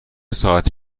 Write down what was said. ساعتی